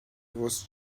was